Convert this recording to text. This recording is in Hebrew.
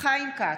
חיים כץ,